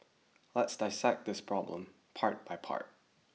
let's dissect this problem part by part